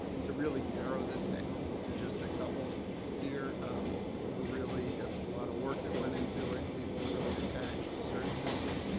to really narrow this down to just a couple here and we were really. it was a lot of work that went into it. people were really attached to certain things.